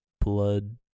blood